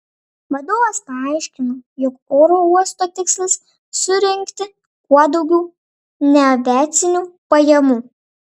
vadovas paaiškino jog oro uosto tikslas surinkti kuo daugiau neaviacinių pajamų